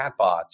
chatbots